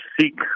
seek